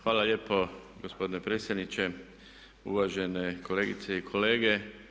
Hvala lijepo gospodine predsjedniče, uvažene kolegice i kolege.